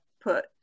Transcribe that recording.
put